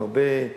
עם הרבה,